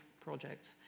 projects